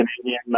Canadian